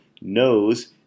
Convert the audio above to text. knows